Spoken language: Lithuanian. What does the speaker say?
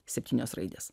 septynios raidės